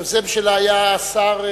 היוזם שלה היה השר,